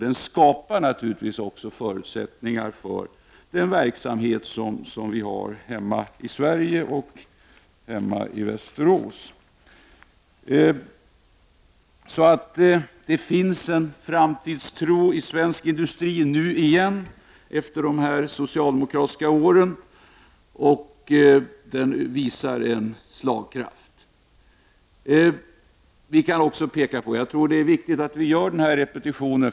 Det skapar naturligtvis förutsättningar för den verksamhet som finns i Sverige och i Västerås. Efter dessa socialdemokratiska år finns det återigen en framtidstro inom svensk industri. Denna framtidstro visar på en slagkraft. Jag tror att det är viktigt att göra en liten repetition.